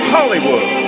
Hollywood